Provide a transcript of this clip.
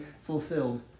fulfilled